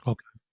Okay